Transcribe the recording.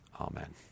amen